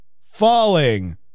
falling